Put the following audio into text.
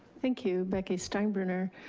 thank you, becky steinbruner.